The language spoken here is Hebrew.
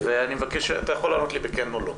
ואני מבקש אתה יכו לענות לי ב "כן" או "לא":